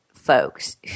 folks